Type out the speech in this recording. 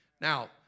Now